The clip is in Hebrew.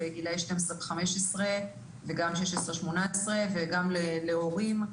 לגילאי 12-15 וגם 16-18 וגם להורים,